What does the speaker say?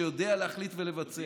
שיודע להחליט ולבצע?